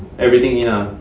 everything in ah